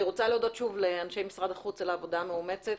אני רוצה להודות שוב לאנשי משרד החוץ על העבודה המאומצת,